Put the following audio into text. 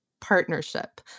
partnership